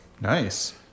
Nice